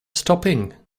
stopping